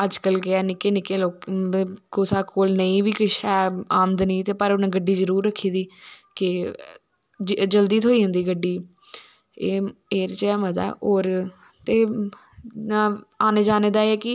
अजकल केह् ऐ निक्के निक्के मतलव कुसै कोल नेईं बी किश ऐ आमदनी पर उनैं गड्डी जरूर रक्खी दी की जल्दी थ्होईं जंदी गड्डी एह्दै च एह् मज़ा ऐ होर आने जाने दा एह् ऐ कि